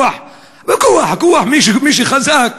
בכוח מי שחזק,